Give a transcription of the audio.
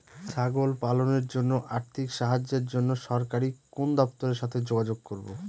ছাগল পালনের জন্য আর্থিক সাহায্যের জন্য সরকারি কোন দপ্তরের সাথে যোগাযোগ করব?